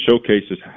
showcases